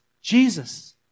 Jesus